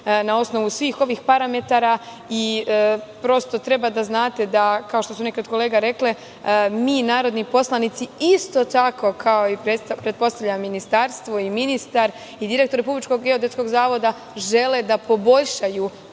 na osnovu svih ovih parametara. Prosto, treba da znate, kao što su kolege rekle, da mi narodni poslanici, isto tako kao i pretpostavljam Ministarstvo i ministar i direktor Republičkog geodetskog zavoda, želimo da poboljšamo